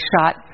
shot